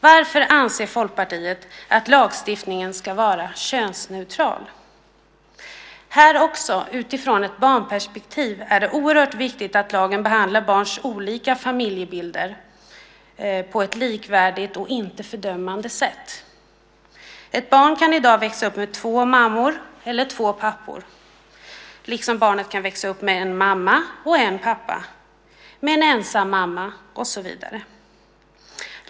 Varför anser Folkpartiet att lagstiftningen ska vara könsneutral? Här är det också utifrån ett barnperspektiv oerhört viktigt att lagen behandlar barns olika familjebilder på ett likvärdigt och ett inte fördömande sätt. Ett barn kan i dag växa upp med två mammor eller två pappor, liksom ett barn kan växa upp med en mamma och en pappa, med en ensam mamma och så vidare.